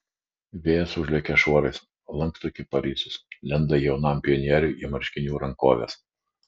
vėjas užlekia šuorais lanksto kiparisus lenda jaunam pionieriui į marškinių rankoves